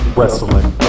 Wrestling